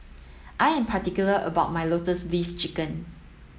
I am particular about my lotus leaf chicken